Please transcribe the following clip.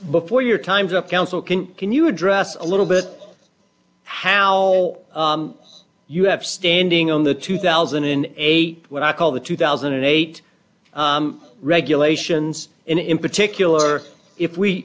before your time's up council can can you address a little bit how all you have standing on the two thousand and eight when i call the two thousand and eight regulations and in particular if we